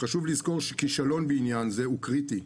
חשוב לזכור שכישלון בעניין זה הוא קריטי,